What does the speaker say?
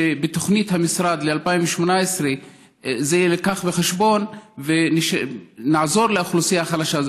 שבתוכנית המשרד ל-2018 זה יילקח בחשבון ונעזור לאוכלוסייה חלשה זו.